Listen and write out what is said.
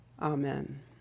Amen